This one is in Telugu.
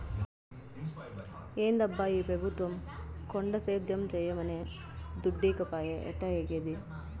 ఏందబ్బా ఈ పెబుత్వం కొండ సేద్యం చేయమనె దుడ్డీకపాయె ఎట్టాఏగేది